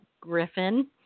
Griffin